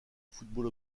football